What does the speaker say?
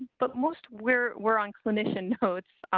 but most, we're, we're on clinician hosts.